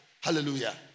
Hallelujah